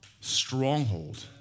stronghold